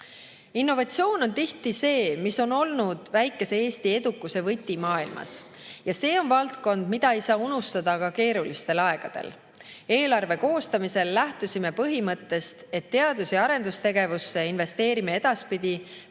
Innovatsioon on tihti see, mis on olnud väikese Eesti edukuse võti maailmas. See on valdkond, mida ei saa unustada ka keerulistel aegadel. Eelarve koostamisel lähtusime põhimõttest, et teadus- ja arendustegevusse investeerime edaspidi